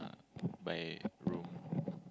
by room